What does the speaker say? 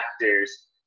factors